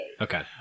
okay